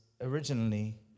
originally